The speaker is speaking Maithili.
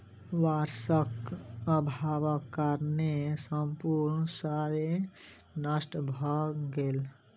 वर्षाक अभावक कारणेँ संपूर्ण शस्य नष्ट भ गेल